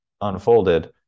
unfolded